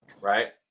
right